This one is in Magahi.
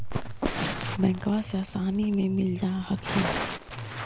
बैंकबा से आसानी मे मिल जा हखिन?